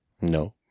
No